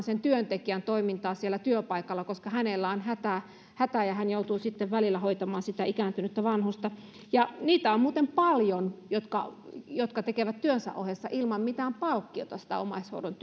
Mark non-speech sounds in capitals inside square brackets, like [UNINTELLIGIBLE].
[UNINTELLIGIBLE] sen työntekijän toimintaa siellä työpaikalla koska hänellä on hätä kun hän joutuu välillä hoitamaan sitä ikääntynyttä vanhusta niitä on muuten paljon jotka jotka tekevät työnsä ohessa ilman mitään palkkiota sitä omaishoidon [UNINTELLIGIBLE]